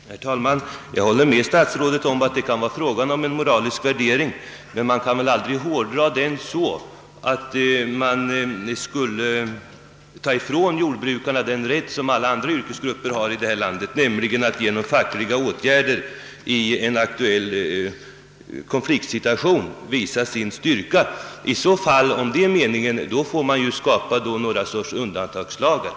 Herr talman! Jag håller med statsrådet om att det här kan vara fråga om en moralisk värdering, men man kan väl aldrig hårdra detta så, att man skulle kunna ta ifrån jordbrukarna den rätt som tillkommer alla andra yrkesgrupper i vårt land, nämligen att genom fackliga åtgärder i en aktuell konfliktsituation visa sin styrka. Om detta är meningen, bör det skapas undantagslagar för jordbrukets del.